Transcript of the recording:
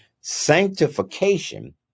sanctification